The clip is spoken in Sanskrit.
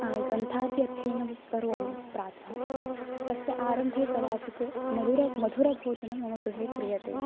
ग्रन्थाद्यध्ययनं करोमि प्रातः तस्य आरम्भे कदाचित् मदुर मधुर भोजनं मम गृहे क्रियते